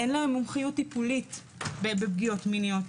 אין להם מומחיות טיפולית בפגיעות מיניות.